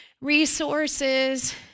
resources